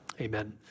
Amen